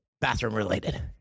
bathroom-related